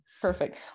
perfect